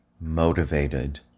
motivated